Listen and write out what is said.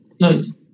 nice